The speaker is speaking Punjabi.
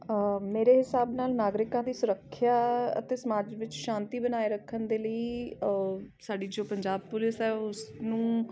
ਮੇਰੇ ਹਿਸਾਬ ਨਾਲ ਨਾਗਰਿਕਾਂ ਦੀ ਸੁਰੱਖਿਆ ਅਤੇ ਸਮਾਜ ਵਿੱਚ ਸ਼ਾਂਤੀ ਬਣਾਏ ਰੱਖਣ ਦੇ ਲਈ ਸਾਡੀ ਜੋ ਪੰਜਾਬ ਪੁਲਿਸ ਆ ਉਹ ਉਸ ਨੂੰ